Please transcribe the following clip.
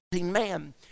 Man